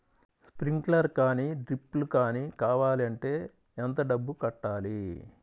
Sprinkler కానీ డ్రిప్లు కాని కావాలి అంటే ఎంత డబ్బులు కట్టాలి?